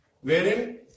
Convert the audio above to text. wherein